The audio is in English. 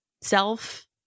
self